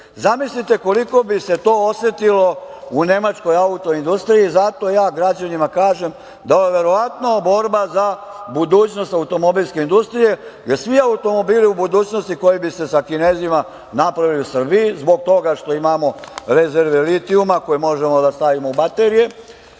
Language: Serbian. i Srbi, koliko bi se to osetilo u nemačkoj auto industriji. Zato ja građanima kažem da je ovo verovatno borba za budućnost automobilske industrije gde svi automobili u budućnosti, koji bi se sa Kinezima napravili u Srbiji zbog toga što imamo rezerve litijuma koje možemo da stavimo u baterije,